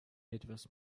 etwas